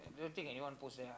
I don't think anyone post there